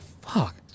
fuck